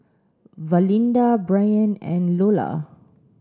Valinda Brianne and Loula